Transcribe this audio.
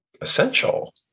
essential